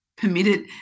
permitted